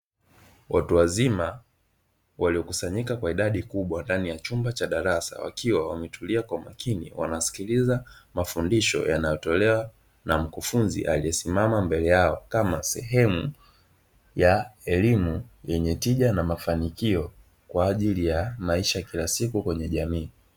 Watu wazima waliokusanyika kwa idadi kubwa ndani ya chumba cha darasa wakiwa wametulia kwa makini wanasikiliza mafundisho yanayotolewa na mkufunzi aliyesimama mbele yao, kama sehemu ya elimu yenye tija na mafanikio kwa ajili ya maisha kila siku kwenye jamii.